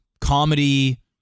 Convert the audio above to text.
comedy